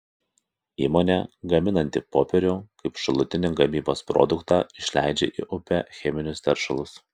įmonė gaminanti popierių kaip šalutinį gamybos produktą išleidžia į upę cheminius teršalus